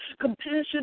compassion